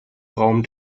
raum